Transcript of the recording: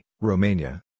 Romania